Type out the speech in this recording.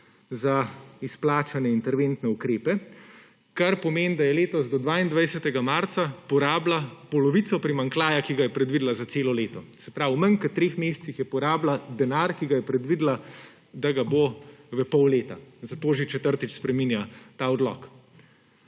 za izplačane interventne ukrepe, kar pomeni, da je letos do 22. marca porabila polovico primanjkljaja, ki ga je predvidela za celo leto. Se pravi, v manj kot treh mesecih je porabila denar, o katerem je predvidela, da ga bo v pol leta, zato že četrtič spreminja ta odlok.